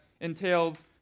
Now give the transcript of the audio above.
entails